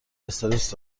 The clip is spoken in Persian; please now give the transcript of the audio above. استرس